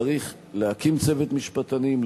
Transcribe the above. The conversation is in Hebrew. צריך להקים צוות משפטנים,